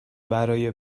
برای